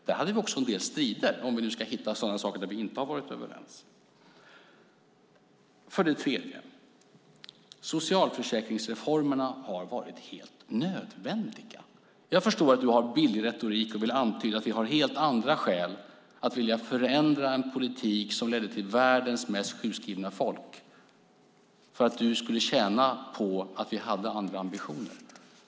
Vi hade också en del strider - om vi nu ska hitta sådant där vi inte har varit överens. Socialförsäkringsreformerna har varit helt nödvändiga. Jag förstår att du har en billig retorik och vill antyda att vi har helt andra skäl att vilja förändra en politik som ledde till världens mest sjukskrivna folk eftersom du skulle tjäna på att vi hade andra ambitioner.